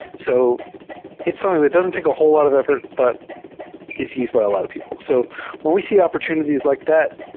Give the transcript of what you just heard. so it's something that doesn t take a whole lot of effort, but it's used by a lot of people. so when we see opportunities like that,